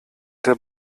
der